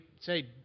say